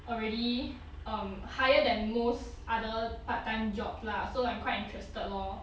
already um higher than most other part time job lah so I'm quite interested lor